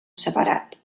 separat